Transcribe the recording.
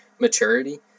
maturity